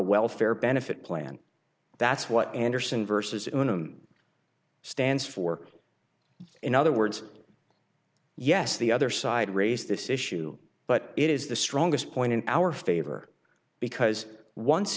welfare benefit plan that's what anderson versus him stands for in other words yes the other side raised this issue but it is the strongest point in our favor because once